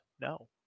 no